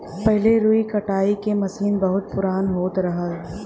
पहिले रुई कटाई के मसीन बहुत पुराना होत रहल